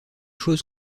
chose